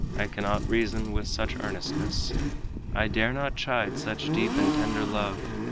i cannot reason with such earnestness i dare not chide such deep and tender love,